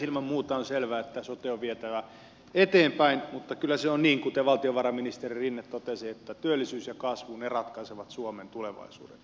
ilman muuta on selvää että sotea on vietävä eteenpäin mutta kyllä se on niin kuten valtiovarainministeri rinne totesi että työllisyys ja kasvu ratkaisevat suomen tulevaisuuden